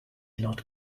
not